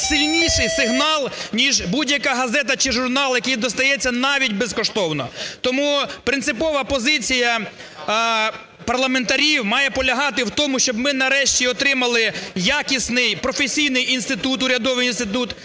сильніший сигнал, ніж будь-яка газета чи журнал, який достається навіть безкоштовно. Тому принципова позиція парламентарів має полягати в тому, щоб ми нарешті отримали якісний професійний інститут, урядовий інститут,